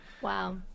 Wow